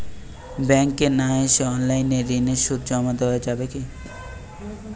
ব্যাংকে না এসে অনলাইনে ঋণের সুদ জমা দেওয়া যাবে কি?